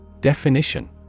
Definition